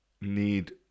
need